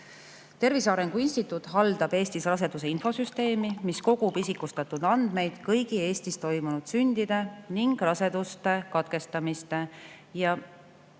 Tervise Arengu Instituut haldab Eestis raseduse infosüsteemi, kuhu kogutakse isikustatud andmeid kõigi Eestis toimunud sündide ning raseduste katkestamiste ja